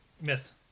Miss